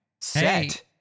set